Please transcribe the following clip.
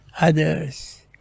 others